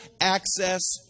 access